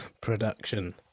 Production